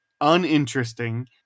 uninteresting